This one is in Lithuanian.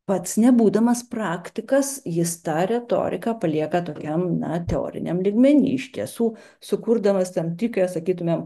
pats nebūdamas praktikas jis tą retoriką palieka tokiam na teoriniam lygmeny iš tiesų sukurdamas tam tikrą sakytumėm